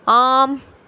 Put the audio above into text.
ஆம்